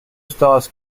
stars